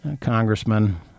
congressman